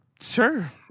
Sure